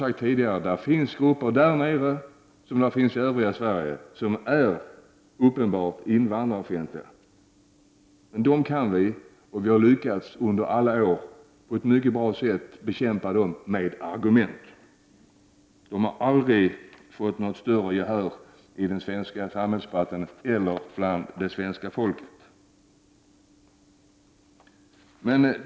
Som jag tidigare sagt finns det grupper i Skåne, liksom i andra delar av Sverige, som är uppenbart invandrarfientliga. Men dem känner vi till, och vi har under alla år lyckats bra med att bekämpa dem med argument. De har aldrig vunnit något större gehör i den svenska samhällsdebatten eller bland det svenska folken.